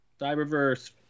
Cyberverse